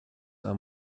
are